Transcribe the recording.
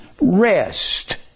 rest